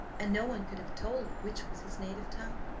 and no one could have told which was his native tongue!